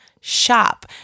shop